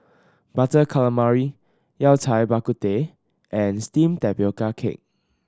Butter Calamari Yao Cai Bak Kut Teh and steamed tapioca cake